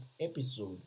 episode